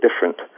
different